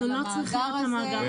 אנחנו לא צריכים את המאגר הזה.